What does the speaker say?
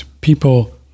people